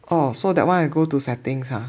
oh so that one I go to settings ha